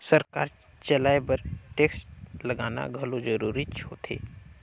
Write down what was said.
सरकार चलाए बर टेक्स लगाना घलो जरूरीच होथे